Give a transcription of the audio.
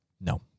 No